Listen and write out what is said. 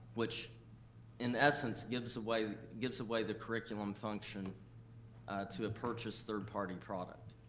which in essence gives away gives away the curriculum function to a purchased third party product.